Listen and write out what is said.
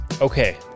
okay